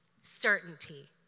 certainty